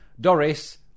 Doris